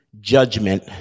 judgment